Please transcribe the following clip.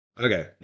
Okay